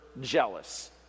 jealous